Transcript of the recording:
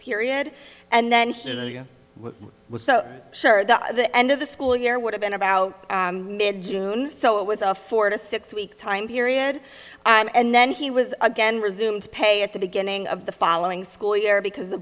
period and then was so sure that the end of the school year would have been about mid june so it was a four to six week time period and then he was again resumed pay at the beginning of the following school year because the